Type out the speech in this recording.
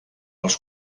els